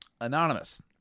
anonymous